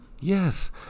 Yes